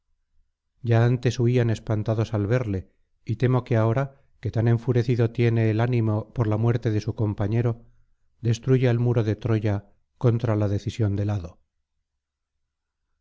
ya antes huían espantados al verle y temo que ahora que tan enfurecido tiene el ánimo por la muerte de su compañero destruya el muro de troya contra la decisión del hado